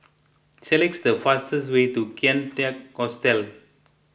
select the fastest way to Kian Teck Hostel